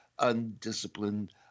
undisciplined